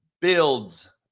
Builds